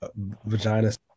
vaginas